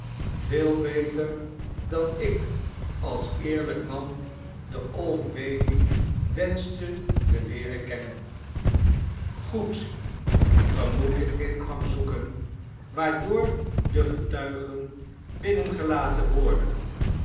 veel beter dan ik als eerlijk man de old bailey wenschte te leeren kennen in londen en parijs goed ge moet den ingang zoeken waardoor de getuigen binnengelaten worden